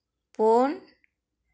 ᱯᱩᱱ